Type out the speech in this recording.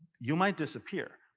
you might disappear.